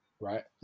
right